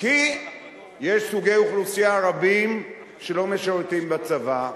כי יש סוגי אוכלוסייה רבים שלא משרתים בצבא.